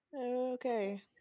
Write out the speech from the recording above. Okay